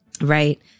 Right